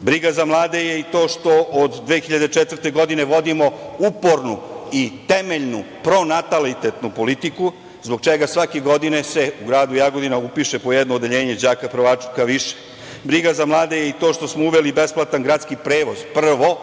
Briga za mlade je to što od 2004. godine, vodimo upornu i temeljnu pronatalitetnu politiku zbog čega svake godine se u gradu Jagodina upiše po jedno odeljenje đaka prvaka više. Briga za mlade je i to što smo uveli besplatan gradski prevoz, prvo